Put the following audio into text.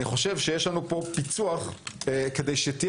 אני חושב שיש לנו פה פיצוח כדי שתהיה